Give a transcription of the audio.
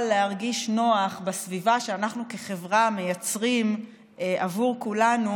להרגיש נוח בסביבה שאנחנו כחברה מייצרים בעבור כולנו